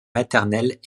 maternelle